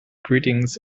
greetings